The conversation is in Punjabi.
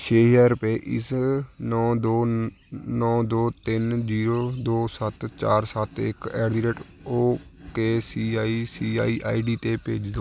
ਛੇ ਹਜ਼ਾਰ ਰੁਪਏ ਇਸ ਨੌ ਦੋ ਨੌ ਦੋ ਤਿੰਨ ਜੀਰੋ ਦੋ ਸੱਤ ਚਾਰ ਸੱਤ ਇੱਕ at the rate O K C I C I I D 'ਤੇ ਭੇਜੋ